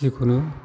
जिखुनु